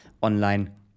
online